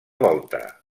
volta